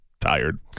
Tired